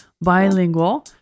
bilingual